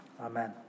Amen